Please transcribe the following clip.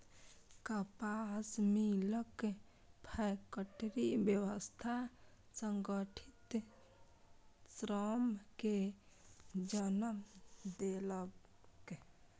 कपास मिलक फैक्टरी व्यवस्था संगठित श्रम कें जन्म देलक